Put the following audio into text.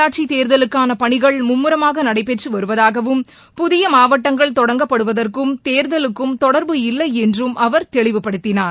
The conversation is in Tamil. உள்ளாட்சிதேர்தலுக்கானபணிகள் மும்முரமாகநடைபெற்றுவருவதாகவும் புதியமாவட்டங்கள் தொடங்கப்படுவதற்கும் தேர்தலுக்கும் தொடர்பு இல்லைஎன்றும் அவர் தெளிவுபடுத்தினார்